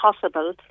possible